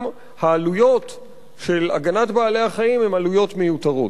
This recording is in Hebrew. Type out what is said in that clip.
העלויות של הגנת בעלי-החיים הן עלויות מיותרות.